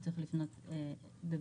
הוא צריך לפנות בבקשה,